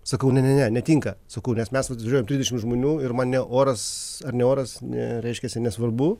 sakau ne ne ne netinka sakau nes mes vat važiuojam trisdešimt žmonių ir man ne oras ar ne oras ne reiškiasi nesvarbu